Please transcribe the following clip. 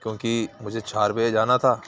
کیونکہ مجھے چار بجے جانا تھا